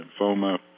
lymphoma